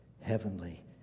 heavenly